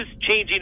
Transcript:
changing